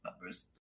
numbers